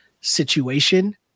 situation